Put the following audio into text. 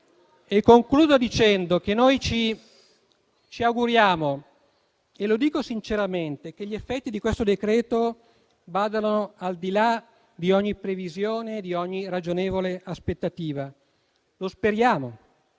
Concludo dicendo che noi ci auguriamo sinceramente che gli effetti di questo provvedimento vadano al di là di ogni previsione e di ogni ragionevole aspettativa. Lo speriamo